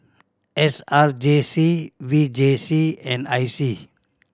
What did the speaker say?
S R J C V J C and I C